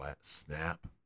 snap